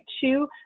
two